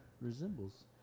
resembles